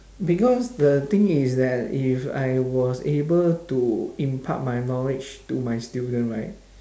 because the thing is that if I was able to impart my knowledge to my student right